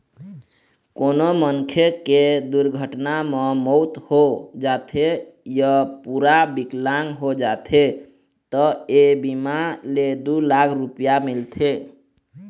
कोनो मनखे के दुरघटना म मउत हो जाथे य पूरा बिकलांग हो जाथे त ए बीमा ले दू लाख रूपिया मिलथे